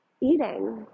eating